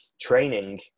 training